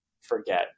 forget